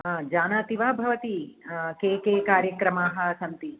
जानाति वा भवती के के कार्यक्रमाः सन्ति